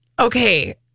okay